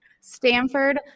Stanford